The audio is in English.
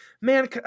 man